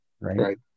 right